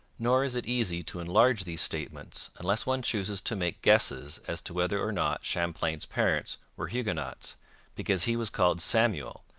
nor is it easy to enlarge these statements unless one chooses to make guesses as to whether or not champlain's parents were huguenots because he was called samuel,